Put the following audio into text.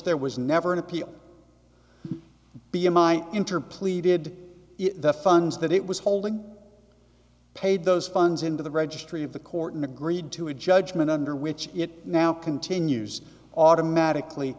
there was never an appeal b m i interplay did the funds that it was holding paid those funds into the registry of the court and agreed to a judgment under which it now continues automatically